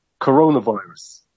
coronavirus